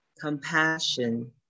compassion